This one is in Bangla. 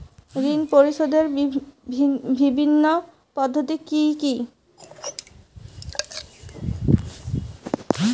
ঋণ পরিশোধের বিভিন্ন পদ্ধতি কি কি?